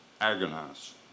Agonize